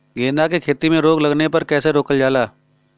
गेंदा की खेती में रोग लगने पर कैसे रोकल जाला?